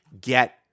get